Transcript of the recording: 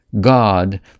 God